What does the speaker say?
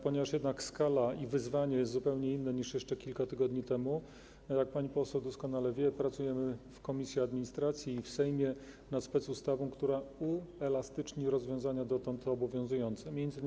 Ponieważ jednak skala i wyzwania są zupełnie inne niż jeszcze kilka tygodni temu, jak pani poseł doskonale wie, pracujemy w komisji administracji i w Sejmie nad specustawą, która uelastyczni dotąd obowiązujące rozwiązania.